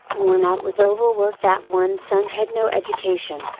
worn out with overwork that one son had no education,